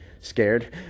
scared